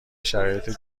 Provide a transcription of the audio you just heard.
شرایط